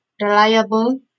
reliable